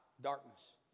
darkness